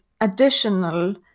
additional